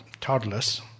toddlers